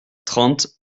trente